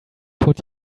put